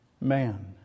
man